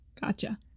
Gotcha